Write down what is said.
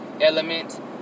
element